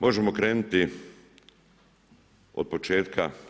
Možemo krenuti od početka.